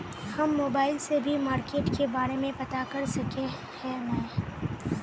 हम मोबाईल से भी मार्केट के बारे में पता कर सके है नय?